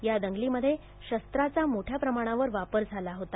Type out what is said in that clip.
या दंगलीमध्ये शस्त्रांचा मोठ्या प्रमाणावर वापर झाला होता